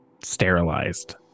sterilized